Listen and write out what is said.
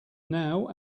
now